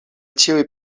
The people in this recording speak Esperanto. ĉiuj